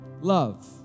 love